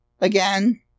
again